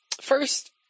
first